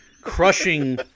crushing